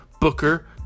Booker